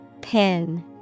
Pin